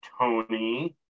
Tony